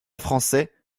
français